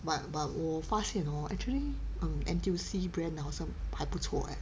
but but 我发现 hor actually um N_T_U_C brand 好像还不错 eh